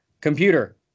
Computer